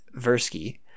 Versky